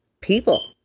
people